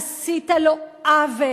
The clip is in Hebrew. עשית לו עוול,